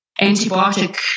antibiotic